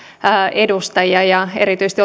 edustajia ja erityisesti